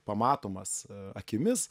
pamatomas akimis